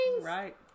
Right